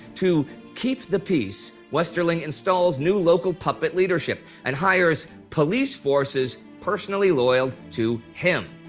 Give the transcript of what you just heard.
to keep the peace, westerling installs new local puppet leadership and hires police forces personally loyal to him.